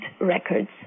Records